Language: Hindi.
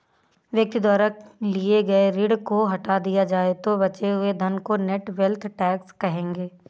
व्यक्ति द्वारा लिए गए ऋण को हटा दिया जाए तो बचे हुए धन को नेट वेल्थ टैक्स कहेंगे